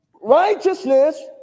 Righteousness